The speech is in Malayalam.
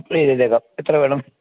അപ്പം ചെയ്തേക്കാം എത്ര വേണം